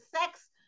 sex